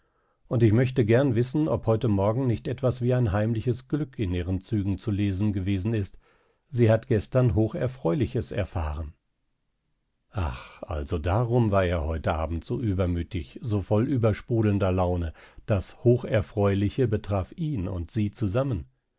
und ich möchte gern wissen ob heute morgen nicht etwas wie ein heimliches glück in ihren zügen zu lesen gewesen ist sie hat gestern hocherfreuliches erfahren ach also darum war er heute abend so übermütig so voll übersprudelnder laune das hocherfreuliche betraf ihn und sie zusammen